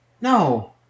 No